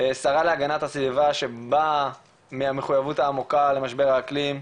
שרה להגנת הסביבה שבאה מהמחויבות העמוקה למשבר האקלים,